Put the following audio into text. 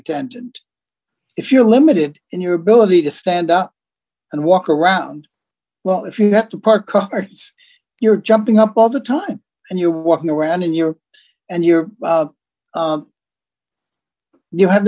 attendant if you're limited in your ability to stand up and walk around well if you have to park carts you're jumping up all the time and you're walking around in your and your you have